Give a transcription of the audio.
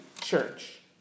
church